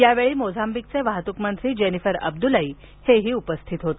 यावेळी मोझांबिकचे वाहतुक मंत्री जनफर अब्दुलाई उपस्थित होते